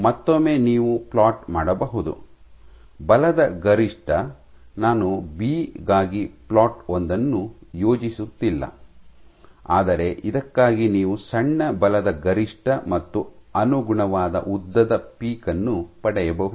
ಮತ್ತೊಮ್ಮೆ ನೀವು ಪ್ಲಾಟ್ ಮಾಡಬಹುದು ಬಲದ ಗರಿಷ್ಠ ನಾನು ಬಿ ಗಾಗಿ ಪ್ಲಾಟ್ ಒಂದನ್ನು ಯೋಜಿಸುತ್ತಿಲ್ಲ ಆದರೆ ಇದಕ್ಕಾಗಿ ನೀವು ಸಣ್ಣ ಬಲದ ಗರಿಷ್ಠ ಮತ್ತು ಅನುಗುಣವಾದ ಉದ್ದದ ಪೀಕ್ ಅನ್ನು ಪಡೆಯಬಹುದು